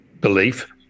belief